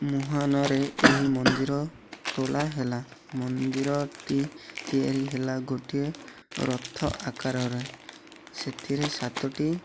ମୁହାଣରେ ଏହି ମନ୍ଦିର ତୋଳା ହେଲା ମନ୍ଦିରଟି ତିଆରି ହେଲା ଗୋଟିଏ ରଥ ଆକାରରେ ସେଥିରେ ସାତଟି